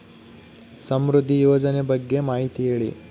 ಸಮೃದ್ಧಿ ಯೋಜನೆ ಬಗ್ಗೆ ಮಾಹಿತಿ ಹೇಳಿ?